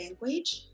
language